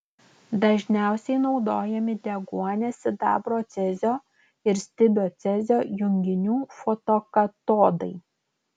dažniausiai naudojami deguonies sidabro cezio ir stibio cezio junginių fotokatodai